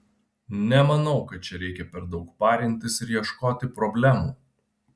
nemanau kad čia reikia per daug parintis ir ieškoti problemų